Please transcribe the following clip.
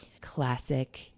classic